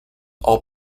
all